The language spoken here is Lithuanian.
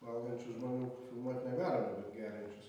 valgančių žmonių filmuot negalima bet geriančius